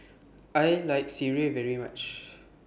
I like Sireh very much